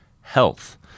health